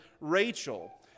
Rachel